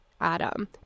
Adam